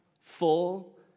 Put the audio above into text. full